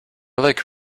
like